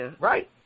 Right